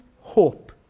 hope